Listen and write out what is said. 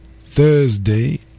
Thursday